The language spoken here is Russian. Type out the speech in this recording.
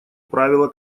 правило